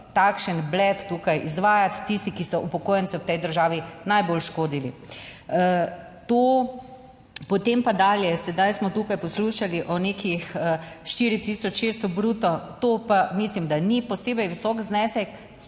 takšen blef tukaj izvajati tisti, ki so upokojence v tej državi najbolj škodili. Potem pa dalje, sedaj smo tukaj poslušali o nekih 4600 bruto, to pa mislim, da ni posebej visok znesek.